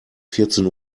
vierzehn